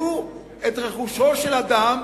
שיחלטו את רכושו של אדם